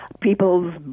people's